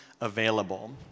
available